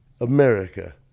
America